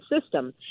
system